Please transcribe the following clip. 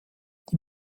die